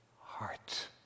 heart